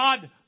God